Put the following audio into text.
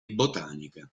botanica